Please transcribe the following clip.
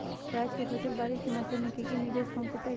प्याज के फसल बारिस के मौसम में की निवेस पहुचैताई?